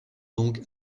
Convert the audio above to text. donc